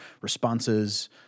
responses